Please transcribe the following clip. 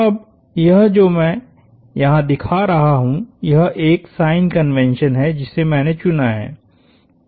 अब यह जो मैं यहाँ दिखा रहा हूँ यह एक साइन कन्वेंशन है जिसे मैंने चुना है